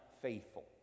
faithful